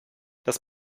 das